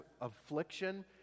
affliction